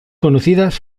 conocidas